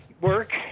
work